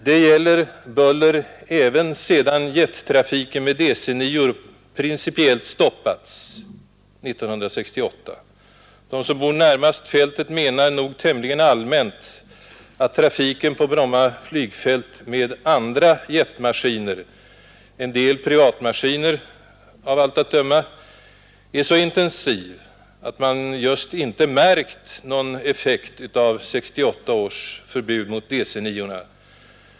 Det gäller buller även sedan jettrafiken med DC-9:orna principiellt stoppades 1968. De som bor närmast fältet menar nog tämligen allmänt att trafiken på Bromma flygfält med andra jetmaskiner — en del privata maskiner, av allt att döma — är så intensiv att man just inte märkt någon effekt av 1968 års förbud mot DC-9:orna.